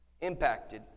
impacted